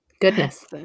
Goodness